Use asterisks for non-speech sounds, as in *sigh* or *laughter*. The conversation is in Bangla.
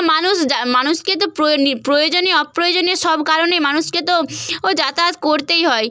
মানুষ যা মানুষকে তো *unintelligible* প্রয়োজনীয় অপ্রয়োজনীয় সব কারণে মানুষকে তো ও যাতায়াত করতেই হয়